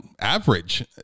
average